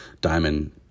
Diamond